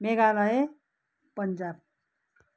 Meghalaya Punjab